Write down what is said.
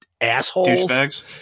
assholes